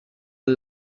and